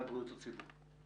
ענת כהן, בבקשה.